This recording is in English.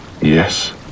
Yes